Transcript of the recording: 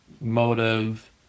motive